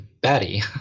batty